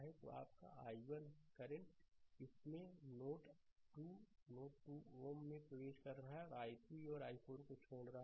तो यह आपका i1 है i1 करंट इसमें नोड 2 2 Ω में प्रवेश कर रहा है और i3 और i4 छोड़ रहा है